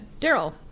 Daryl